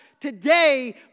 today